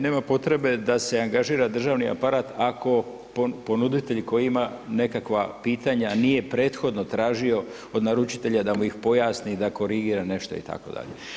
Nema potrebe da se angažira državni aparat ako ponuditelj koji ima nekakva pitanja nije prethodno tražio od naručitelja da mu ih pojasni da korigira nešto itd.